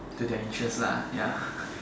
to their interests lah ya